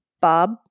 Bob